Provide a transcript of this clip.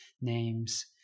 name's